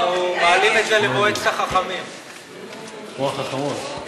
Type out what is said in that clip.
על כל פנים,